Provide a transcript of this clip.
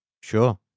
Sure